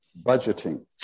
budgeting